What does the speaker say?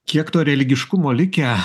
kiek to religiškumo likę